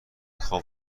خواب